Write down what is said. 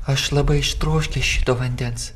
aš labai ištroškęs šito vandens